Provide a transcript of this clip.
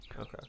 okay